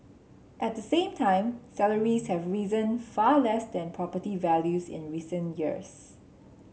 at the same time salaries have risen far less than property values in recent years